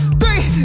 three